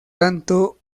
tanto